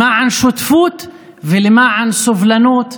למען שותפות ולמען סובלנות,